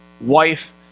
wife